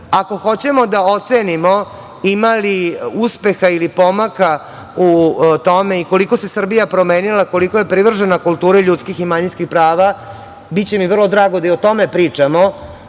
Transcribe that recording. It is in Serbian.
hoćemo da ocenimo ima li uspeha ili pomaka u tome i koliko se Srbija promenila, koliko je privržena kulturi ljudskih i manjinskih prava, biće mi vrlo drago da i o tome pričamo